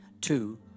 two